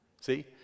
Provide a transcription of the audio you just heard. See